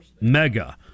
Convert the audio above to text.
Mega